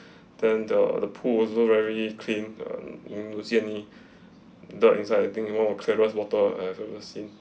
then the the pool also very clean and I didn't any dirt inside I think it more of clearest water I have ever seen